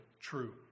true